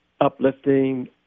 uplifting